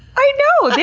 i know!